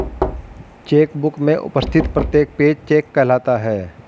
check book में उपस्थित प्रत्येक पेज चेक कहलाता है